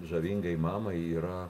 žavingai mamai yra